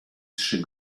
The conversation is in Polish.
trzy